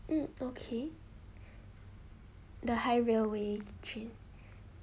mm okay the high railway train